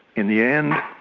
in the end,